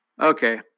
Okay